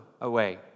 away